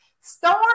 Storm